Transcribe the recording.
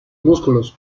músculos